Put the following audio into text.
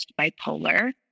bipolar